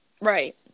Right